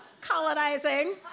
colonizing